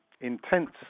intense